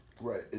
right